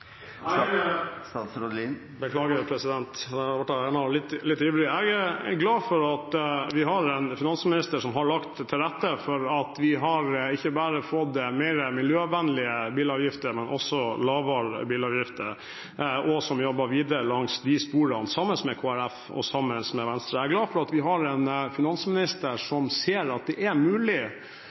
Jeg er glad for at vi har en finansminister som har lagt til rette for at vi ikke bare har fått mer miljøvennlige bilavgifter, men også lavere bilavgifter, og som jobber videre langs de sporene – sammen med Kristelig Folkeparti og sammen med Venstre. Jeg er glad for at vi har en finansminister som ser at det er mulig